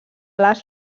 les